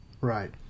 Right